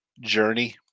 journey